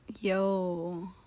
Yo